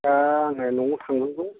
दा आङो न'आव थांनांगौ